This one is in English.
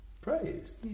praised